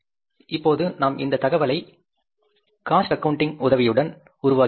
இப்போது நாம் இந்த தகவலை காஸ்ட் ஆக்கவுண்டிங் உதவியுடன் உருவாக்கியுள்ளோம்